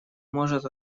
может